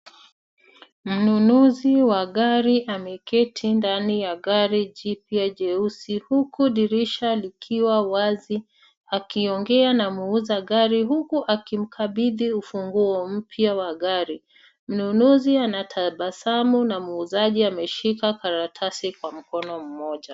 Mnunuzi wa gari ameketi ndani ya gari jipya jeusi huku dirisha likiwa wazi akiongea na muuzaji gari huku akimkabidhi ufunguo mpya wa gari. Mnunuzi anatabasamu na muuzaji ameshika karatasi kwa mkono mmoja.